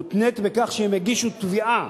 מותנית בכך שהם יגישו תביעה